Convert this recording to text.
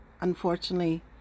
unfortunately